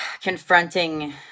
confronting